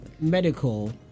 medical